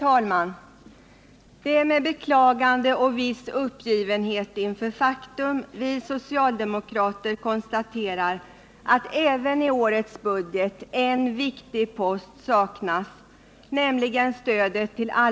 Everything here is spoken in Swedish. I fråga om detta betänkande hålles gemensam överläggning för samtliga punkter. Under den gemensamma överläggningen får yrkanden framställas beträffande samtliga punkter i betänkandet. I det följande redovisas endast de punkter, vid vilka under överläggningen framställs särskilda yrkanden.